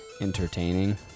Entertaining